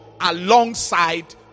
alongside